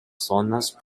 zonas